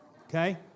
okay